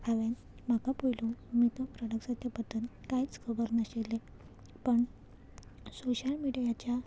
हांवेन म्हाका पयलू मेकअप प्रोडक्टसाच्या बद्दल कांयच खबर नाशिल्ले पण सोशल मिडियाच्या